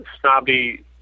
snobby